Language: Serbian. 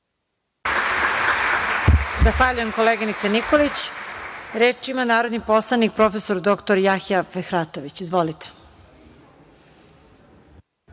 Zahvaljujem, koleginice Nikolić. Reč ima narodni poslanik prof. dr Jahja Fehratović. Izvolite.